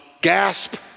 Gasp